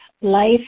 life